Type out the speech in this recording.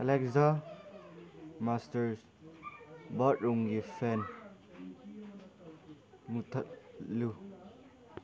Alexa masters ꯕꯥꯠꯔꯨꯝꯒꯤ fan ꯃꯨꯊꯠꯂꯨ